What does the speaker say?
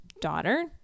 daughter